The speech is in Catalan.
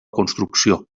construcció